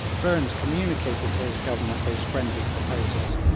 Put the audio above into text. burnes communicated to his government those friendly proposals,